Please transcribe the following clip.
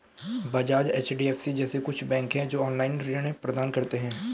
Bajaj, HDFC जैसे कुछ bank है, जो ऑनलाईन ऋण प्रदान करते हैं